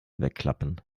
wegklappen